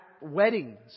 weddings